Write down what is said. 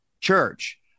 church